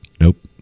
Nope